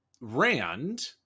Rand